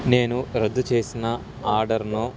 నేను రద్దు చేసిన ఆర్డర్ను